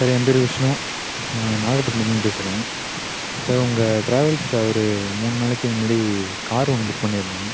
sir என் பேர் விஷ்ணு நாகப்பட்டினத்துலேருந்து பேசுகிறேன் சார் உங்கள் ட்ராவல்ஸில் ஒரு மூணு நாளைக்கு முன்னாடி கார் ஒன்று புக் பண்ணியிருந்தேன்